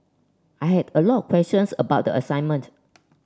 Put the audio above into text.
I had a lot questions about the assignment